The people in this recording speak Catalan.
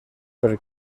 per